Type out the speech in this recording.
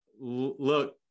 look